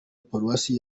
paruwasi